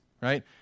right